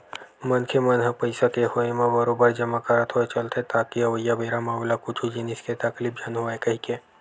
मनखे मन ह पइसा के होय म बरोबर जमा करत होय चलथे ताकि अवइया बेरा म ओला कुछु जिनिस के तकलीफ झन होवय कहिके